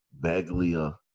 Baglia